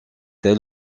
elle